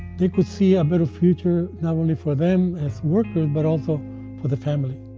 they could see a better future, not only for them as worker, but also for the family.